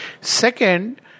Second